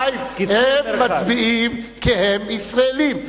חיים, הם מצביעים כי הם ישראלים.